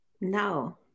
No